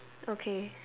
okay